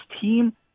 team